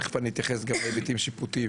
תיכף אני אתייחס גם להיבטים שיפוטיים,